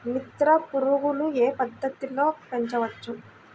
మిత్ర పురుగులు ఏ పద్దతిలో పెంచవచ్చు?